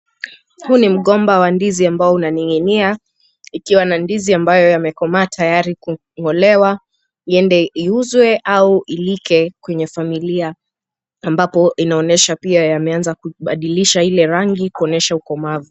Huu ni mgomba wa ndizi ambao unaning'inia ikiwa na ndizi ambayo imekomaa tayari kung'olewa iende iuzwe au ilike kwenye familia ambapo inaonesha pia yameanza kubadilisha ile rangi kuonesha ukomavu.